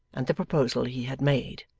and the proposal he had made.